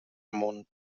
amunt